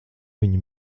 viņu